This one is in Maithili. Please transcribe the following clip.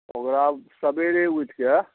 ओकरा सबेरे उठि कऽ